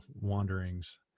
wanderings